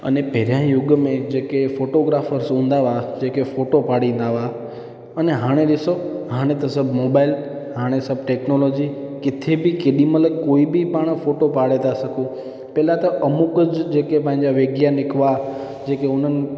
अन पहिरां युग में जेके फोटोग्राफ़र्स हूंदा हुआ जेके फ़ोटो फाणींदा हुआ अने हाणे ॾिसो हाणे त सभु मोबाइल हाणे सभु टेक्नोलोजी किथे बि केॾी महिल कोई बि पाण फोटो फाणे था सघूं पहिरां त अमुक जेके पंहिंजा वैज्ञानिक हुआ जेके हुननि